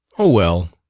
oh, well,